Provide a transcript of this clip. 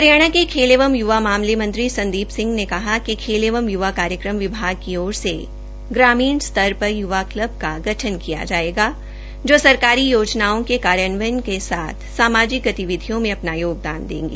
हरियाणा के खेल एवं युवा मामले मंत्री संदीप सिंह ने कहा कि खेल एवं युवा कार्यक्रम विभाग की ओर से ग्रामीण स्तर पर युवा क्लब का गठन किया जायेगा जो सरकारी योजनाओं के कार्यान्वयन के साथ सामाजिक गतिविधियों में अपना योगदान देंगे